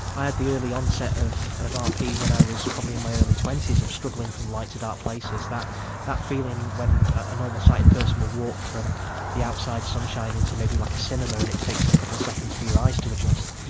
i had the early onset of of rp when i was probably in my early twenty s, of struggling from light to dark places, that that feeling when a normal sighted person will walk from the outside sunshine into maybe like a cinema and it takes a couple of seconds for your eyes to adjust,